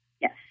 Yes